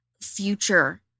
future